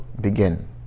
begin